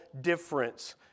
difference